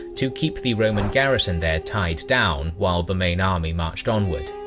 to keep the roman garrison there tied down while the main army marched onward.